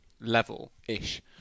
level-ish